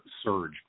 surge